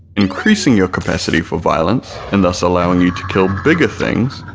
increasing your capacity for violence and thus allowing you to kill bigger things,